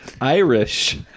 Irish